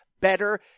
better